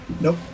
nope